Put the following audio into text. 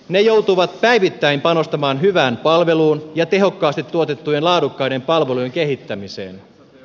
ne joutuvat päivittäin panostamaan hyvään palveluun ja tehokkaasti tuotettujen laadukkaiden palvelujen kehittämiseen